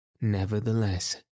Nevertheless